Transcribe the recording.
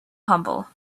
humble